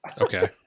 Okay